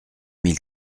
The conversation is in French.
mille